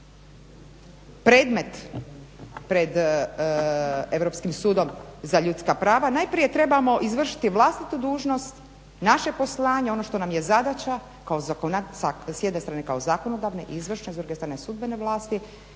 predmet pred Europskim sudom za ljudska prava najprije trebamo izvršiti vlastitu dužnost, naše poslanje ono što nam je zadaća s jedne strane kao zakonodavne, izvršne, s druge strane sudbene vlasti